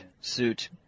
suit